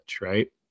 Right